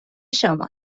شما